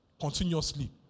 continuously